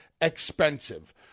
expensive